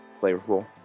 flavorful